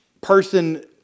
person